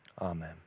amen